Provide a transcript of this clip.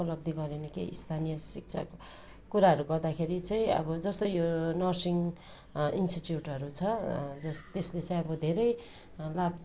उपलब्धी गऱ्यो भने केही स्थानीय शिक्षा कुराहरू गर्दाखेरि चाहिँ अब जस्तै यो नर्सिङ इन्स्टिट्युटहरू छ जस त्यस विषय अब धेरै लाभ